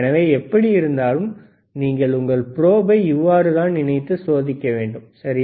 எனவே எப்படியிருந்தாலும் நீங்கள் உங்கள் ப்ரோபை இவ்வாறுதான் இணைத்து சோதிக்க வேண்டும் சரி